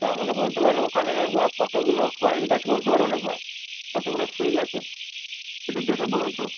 আচ্ছা আমাকে বলতে পারেন ওখানে কতগুলো পয়েন্ট আছে বলতে পারবেন একবার কতগুলো সুইচ আছে এটা দেখে বলুন তো